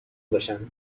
باشن